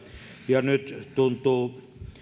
ja nyt tuntuu